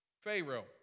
Pharaoh